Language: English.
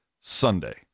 Sunday